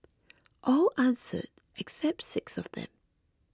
all answered except six of them